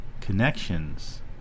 connections